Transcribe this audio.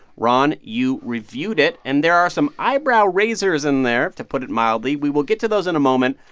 ron, you reviewed it. and there are some eyebrow-raisers in there, to put it mildly. we will get to those in a moment.